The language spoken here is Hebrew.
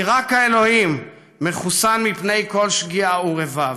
רק האלוהים מחוסן מפני כל שגיאה ורבב".